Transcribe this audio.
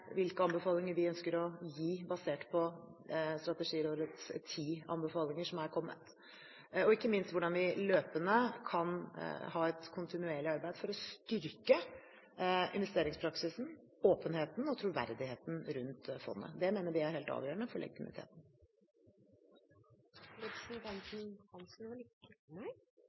ønsker å gi basert på Strategirådets ti anbefalinger som er kommet, og ikke minst hvordan vi løpende kan ha et kontinuerlig arbeid for å styrke investeringspraksisen, åpenheten og troverdigheten rundt fondet. Det mener vi er helt avgjørende for legitimiteten.